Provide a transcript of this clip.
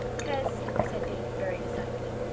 cause, said davy very decidedly,